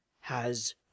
has